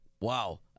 Wow